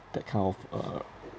that kind of uh